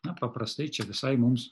na paprastai čia visai mums